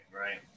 Right